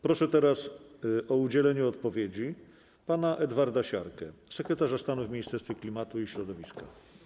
Proszę teraz o udzielenie odpowiedzi pana Edwarda Siarkę, sekretarza stanu w Ministerstwie Klimatu i Środowiska.